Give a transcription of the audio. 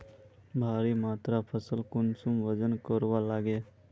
भारी मात्रा फसल कुंसम वजन करवार लगे?